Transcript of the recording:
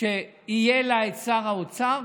ויהיה לה שר האוצר,